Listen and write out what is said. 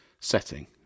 setting